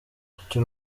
kuki